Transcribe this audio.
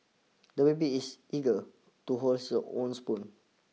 the baby is eager to hold his own spoon